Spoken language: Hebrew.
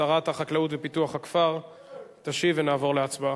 שרת החקלאות ופיתוח הכפר תשיב, ונעבור להצבעה.